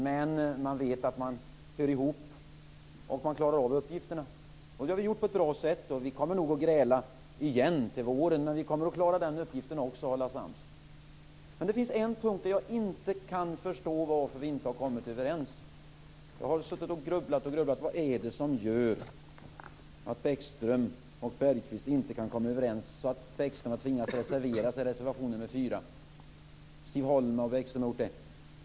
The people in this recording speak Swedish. Men man vet att man hör ihop, och man klarar av uppgifterna. Det har vi gjort på ett bra sätt. Vi kommer nog att gräla igen till våren, men vi kommer att klara av uppgiften att hålla sams. Det finns en punkt där jag inte kan förstå varför vi inte har kommit överens. Jag har grubblat och grubblat över vad det är som gör att Bäckström och Bergqvist inte kan komma överens så att Bäckström tvingas att reservera sig i reservation nr 4. Siv Holma har också gjort det.